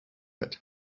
hat